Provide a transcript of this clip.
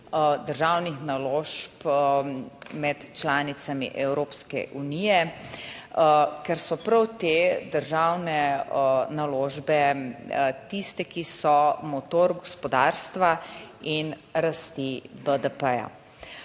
državnih naložb med članicami Evropske unije, ker so prav te državne naložbe tiste, ki so motor gospodarstva in rasti BDP.